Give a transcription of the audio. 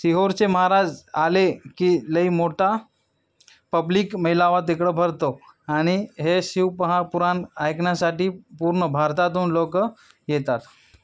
सिहोरचे महाराज आले की लई मोठा पब्लिक मेळावा तिकडं भरतो आणि हे शिव महापुराण ऐकण्यासाठी पूर्ण भारतातून लोक येतात